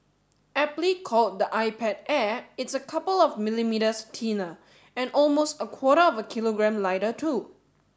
aptly called the iPad Air it's a couple of millimetres thinner and almost a quarter of a kilogram lighter too